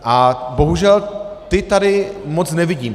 A bohužel ta tady moc nevidím.